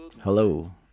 hello